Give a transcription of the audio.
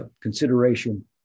consideration